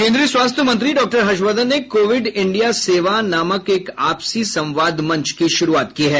केन्द्रीय स्वास्थ्य मंत्री डॉक्टर हर्षवर्धन ने कोविड इंडिया सेवा नामक एक आपसी संवाद मंच की शुरूआत की है